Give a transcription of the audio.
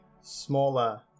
smaller